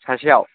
सासेयाव